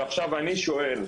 ועכשיו אני שואל,